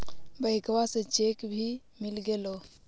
बैंकवा से चेक भी मिलगेलो?